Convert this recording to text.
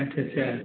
अच्छा अच्छा